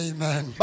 Amen